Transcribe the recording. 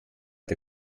der